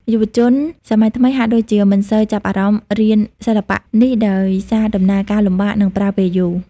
យុវជន សម័យថ្មីហាក់ដូចជាមិនសូវចាប់អារម្មណ៍រៀនសិល្បៈនេះដោយសារដំណើរការលំបាក និងប្រើពេលយូរ។